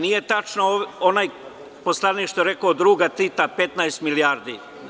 Nije tačno onaj poslanik što je rekao – od druga Tita 15 milijardi.